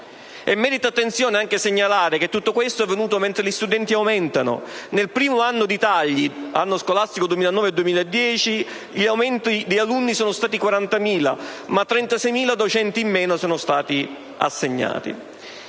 e merita attenzione anche segnalare che tutto questo è avvenuto mentre gli studenti aumentano. Nel primo anno di tagli (anno scolastico 2009‑2010) gli alunni sono aumentati di 40.000 unità, ma sono stati assegnati